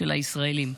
הישראלים.